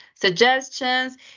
suggestions